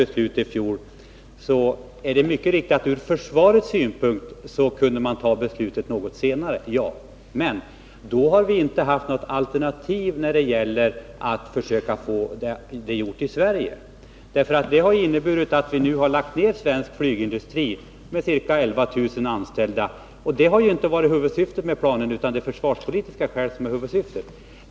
Det är mycket riktigt att vi ur försvarets synpunkt skulle ha kunnat fattat beslutet något senare, men sanningen är att vi då inte hade haft något alternativ när det gäller att försöka få det gjort i Sverige. Det skulle nämligen ha inneburit att vi hade måst lägga ned svensk flygplansindustri med 11000 anställda — och det var inte huvudsyftet med planen, utan det är försvarspolitiska skäl som är det viktiga.